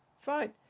Fine